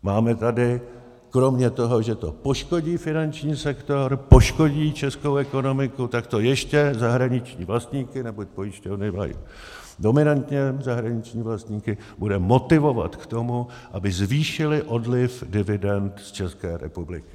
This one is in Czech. Máme tady kromě toho, že to poškodí finanční sektor, poškodí českou ekonomiku, tak to ještě zahraniční vlastníky neboť pojišťovny mají dominantně zahraniční vlastníky bude motivovat k tomu, aby zvýšili odliv dividend z České republiky.